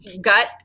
gut